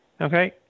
Okay